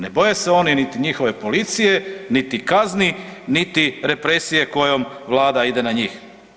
Ne boje se oni niti njihove policije, niti kazni, niti represije kojom Vlada ide na njih.